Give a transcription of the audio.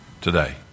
today